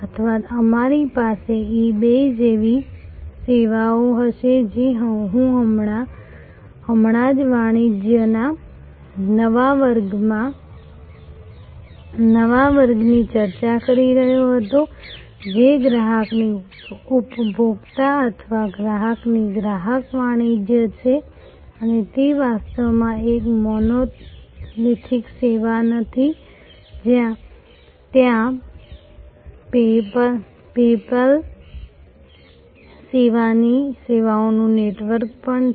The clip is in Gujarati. અથવા અમારી પાસે eBay જેવી સેવાઓ હશે જે હું હમણાં જ વાણિજ્યના નવા વર્ગની ચર્ચા કરી રહ્યો હતો જે ગ્રાહકથી ઉપભોક્તા અથવા ગ્રાહકથી ગ્રાહક વાણિજ્ય છે અને તે વાસ્તવમાં એક મોનોલિથિક સેવા નથી ત્યાં PayPal સહિતની સેવાઓનું નેટવર્ક પણ છે